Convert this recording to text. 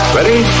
Ready